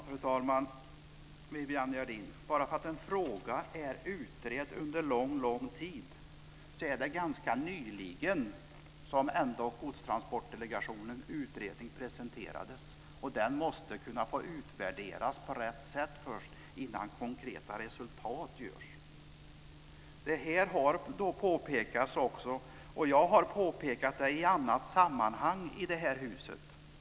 Fru talman! Viviann Gerdin! Fastän denna fråga är utredd under lång tid är det ändå ganska nyligen som Godstransportdelegationens utredning presenterades, och den måste kunna få utvärderas på rätt sätt först innan konkreta resultat görs. Det här har påpekats också, och jag har påpekat det i annat sammanhang i det här huset.